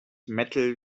metal